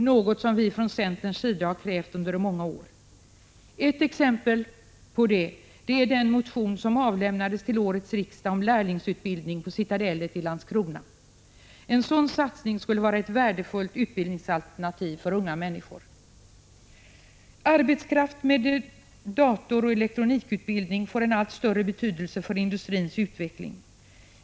Detta har vi från centerns sida krävt under många år. Ett exempel på detta är den motion som avlämnades till årets riksdag om lärlingsutbildning på Citadellet i Landskrona. En sådan satsning skulle vara ett värdefullt utbildningsalternativ för unga människor. Arbetskraft med datoroch elektronikutbildning får en allt större betydelse för industrins utveckling.